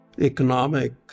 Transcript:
economic